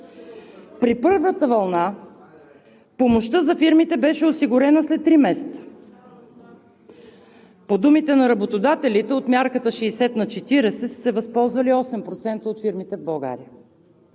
При първата вълна помощта за фирмите беше осигурена след три месеца. По думите на работодателите от мярката 60/40 са се възползвали 8% от фирмите в България.